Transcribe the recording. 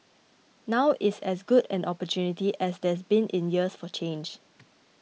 now is as good an opportunity as there's been in years for change